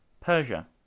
Persia